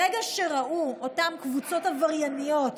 ברגע שראו אותן קבוצות עברייניות